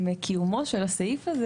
מקיומו של הסעיף הזה